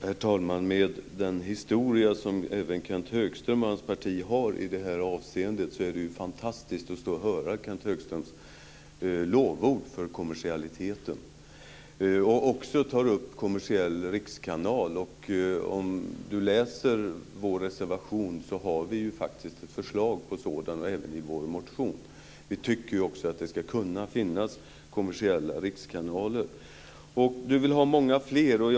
Herr talman! Med den historia som även Kenth Högström och hans parti har i det här avseendet är det fantastiskt att höra Kenth Högströms lovord för kommersialismen. Kenth Högström tar också upp en kommersiell rikskanal. Om han läser vår reservation har vi faktiskt ett förslag om en sådan, liksom även i vår motion. Vi tycker också att det ska kunna finnas kommersiella rikskanaler. Kenth Högström vill ha många fler kanaler.